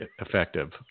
effective